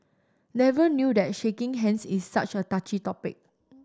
never knew that shaking hands is such a touchy topic